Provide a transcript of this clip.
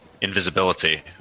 invisibility